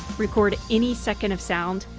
record any second of sound,